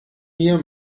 mir